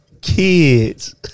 kids